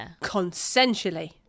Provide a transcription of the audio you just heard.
consensually